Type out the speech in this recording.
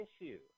Issue